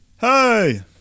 Hey